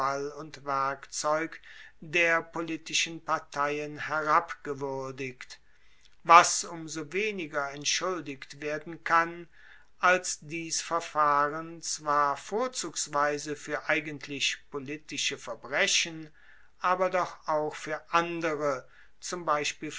und werkzeug der politischen parteien herabgewuerdigt was um so weniger entschuldigt werden kann als dies verfahren zwar vorzugsweise fuer eigentliche politische verbrechen aber doch auch fuer andere zum